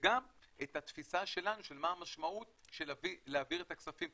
וגם את התפיסה שלנו של מה המשמעות של להעביר את הכספים.